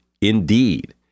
Indeed